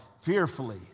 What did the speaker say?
fearfully